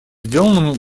сделанному